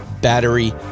battery